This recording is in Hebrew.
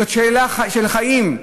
זאת שאלה של חיים,